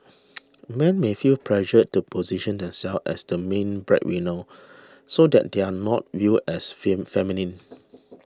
men may feel pressured to position themselves as the main breadwinner so that they are not viewed as fin feminine